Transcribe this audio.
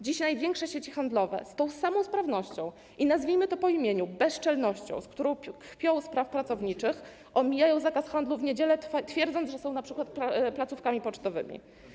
Dzisiaj większe sieci handlowe z tą samą sprawnością i - nazwijmy to po imieniu - bezczelnością, z którą kpią z praw pracowniczych, omijają zakaz handlu w niedziele, twierdząc, że są np. placówkami pocztowymi.